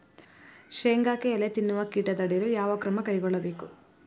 ಶೇಂಗಾಕ್ಕೆ ಎಲೆ ತಿನ್ನುವ ಕೇಟ ತಡೆಯಲು ಯಾವ ಕ್ರಮ ಕೈಗೊಳ್ಳಬೇಕು?